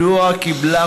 2. מדוע היא קיבלה